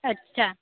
अच्छा